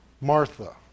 Martha